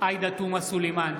עאידה תומא סלימאן,